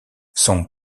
son